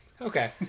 Okay